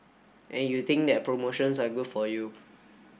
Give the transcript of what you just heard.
and you think that promotions are good for you